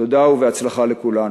תודה ובהצלחה לכולנו.